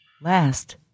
Last